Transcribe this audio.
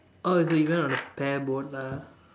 orh the event was on a pair boat lah